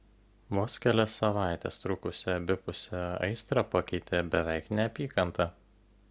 vos kelias savaites trukusią abipusę aistrą pakeitė beveik neapykanta